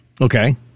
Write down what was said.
Okay